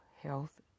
health